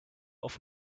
auf